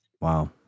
Wow